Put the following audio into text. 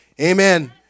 amen